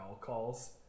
calls